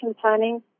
planning